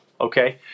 okay